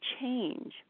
change